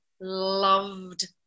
loved